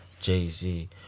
jay-z